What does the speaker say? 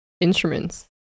instruments